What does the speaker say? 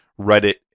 Reddit